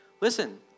Listen